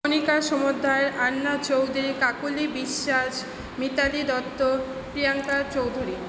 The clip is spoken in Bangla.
মনিকা সমাদ্দার আন্না চৌধুরী কাকলি বিশ্বাস মিতালি দত্ত প্রিয়াংকা চৌধুরী